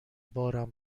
بارم